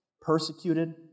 persecuted